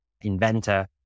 inventor